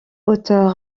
auteurs